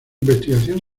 investigación